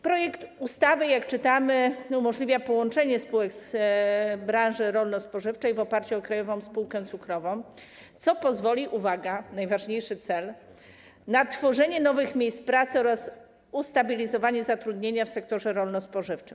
Projekt ustawy, jak czytamy, umożliwia połączenie spółek z branży rolno-spożywczej w oparciu o Krajową Spółkę Cukrową, co pozwoli, uwaga, najważniejszy cel - na tworzenie nowych miejsc pracy oraz ustabilizowanie zatrudnienia w sektorze rolno-spożywczym.